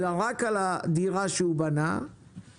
אלא רק על הדירה שהוא בנה ויש